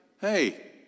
Hey